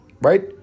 right